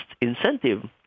incentive